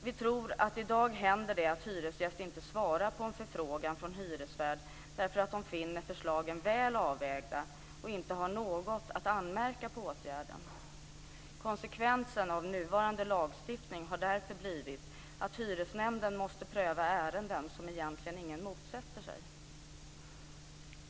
Vi tror att det i dag händer att hyresgäster inte svarar på en förfrågan från hyresvärden därför att de finner förslagen väl avvägda och inte har något att anmärka på åtgärden. Konsekvensen av nuvarande lagstiftning har därför blivit att hyresnämnden måste pröva ärenden som egentligen ingen motsätter sig.